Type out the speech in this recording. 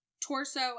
torso